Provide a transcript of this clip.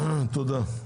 תודה.